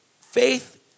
faith